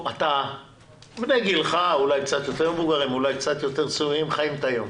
בני גילך חיים את היום.